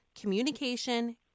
communication